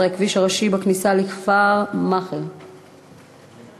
14: כביש ראשי בכניסה לכפר מכר איננו.